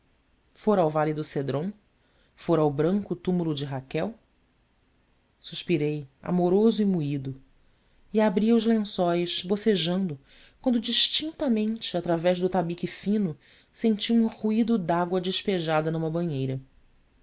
fora ao vale do cédron fora ao branco túmulo de raquel suspirei amoroso e moído e abria os lençóis bocejando quando distintamente através do tabique fino senti um ruído de água despejada numa banheira